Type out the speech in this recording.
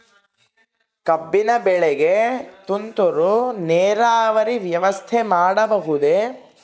ಕಬ್ಬಿನ ಬೆಳೆಗೆ ತುಂತುರು ನೇರಾವರಿ ವ್ಯವಸ್ಥೆ ಮಾಡಬಹುದೇ?